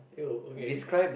!eww! okay